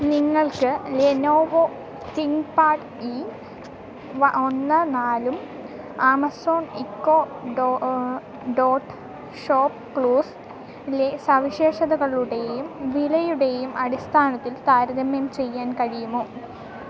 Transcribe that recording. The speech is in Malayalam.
നിങ്ങൾക്ക് ലെനോവോ തിങ്ക് പാഡ് ഒന്ന് നാലും Amazon Echo Dot ShopClues ലെ സവിശേഷതകളുടെയും വിലയുടെയും അടിസ്ഥാനത്തിൽ താരതമ്യം ചെയ്യാൻ കഴിയുമോ